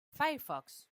firefox